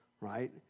right